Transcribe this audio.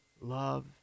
love